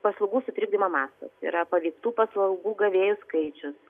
paslaugų sutrikdymo mastas yra paveiktų paslaugų gavėjų skaičius